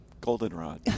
Goldenrod